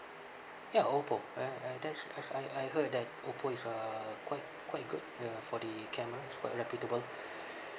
ya oppo uh uh that's I I heard that oppo is uh quite quite good uh for the camera it's quite reputable